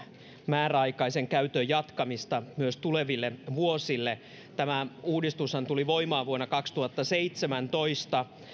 määräaikaisen käytön jatkamista myös tuleville vuosille tämä uudistushan tuli voimaan vuonna kaksituhattaseitsemäntoista